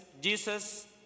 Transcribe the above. Jesus